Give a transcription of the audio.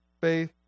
faith